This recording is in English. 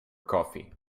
coffee